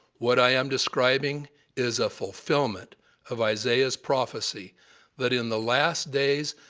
what i am describing is a fulfillment of isaiah's prophecy that in the last days,